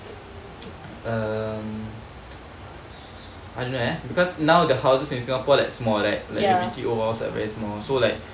I don't know leh because now the houses in singapore that's more like like anti overalls like very small so like